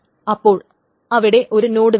അപ്പോൾ അവിടെ ഒരു നോഡ് വരും